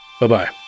Bye-bye